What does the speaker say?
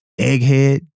egghead